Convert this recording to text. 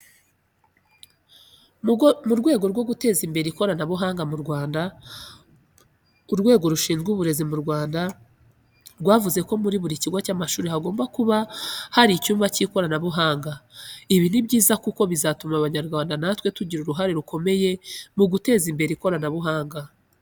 Mu rwego rwo guteza imbere ikoranabuhanga mu Rwanda, Urwego rushizwe Uburezi mu Rwanda rwavuzeko muri buri kigo cy'amashuri hagomba buka hari icyumba k'ikoranabuhanga. Ibi ni byiza kuko bizatuma Abanyarwanda na twe tugira uruhare rukomeye mu guteza imbere ikoranabuhanga.